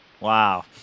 Wow